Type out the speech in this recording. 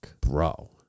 Bro